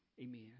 Amen